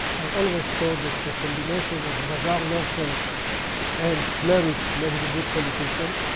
i always thought that the combination of bazaar merchant and clerics makes a good politician.